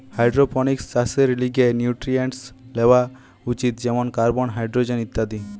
hydroponics চাষের লিগে nutrients লেওয়া উচিত যেমন কার্বন, হাইড্রোজেন ইত্যাদি